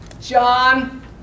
John